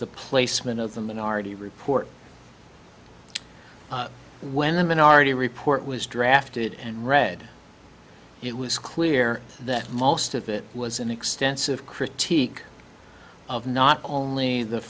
the placement of the minority report when a minority report was drafted and read it was clear that most of it was an extensive critique of not only the